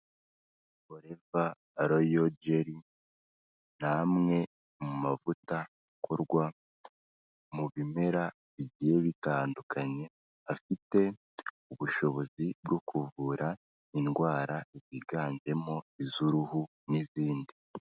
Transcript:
Forever royal jelly, ni amwe mu mavuta akorwa mu bimera bigiye bitandukanye, afite ubushobozi bwo kuvura indwara yiganjemo iz'uruhu n'izindi.